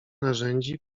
narzędzi